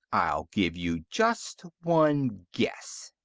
i'll give you just one guess.